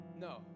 No